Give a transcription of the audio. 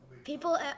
People